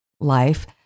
life